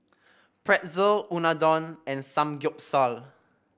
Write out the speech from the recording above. Pretzel Unadon and Samgeyopsal